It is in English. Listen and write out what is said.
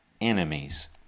enemies